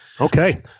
Okay